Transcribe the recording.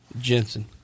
Jensen